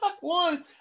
One